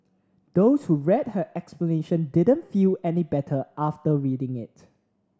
those who read her explanation didn't feel any better after reading it